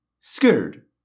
Scared